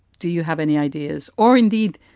do you have any ideas or indeed,